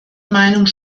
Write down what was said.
meinung